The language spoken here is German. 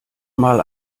mal